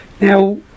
Now